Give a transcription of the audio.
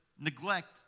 neglect